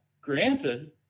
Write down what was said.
granted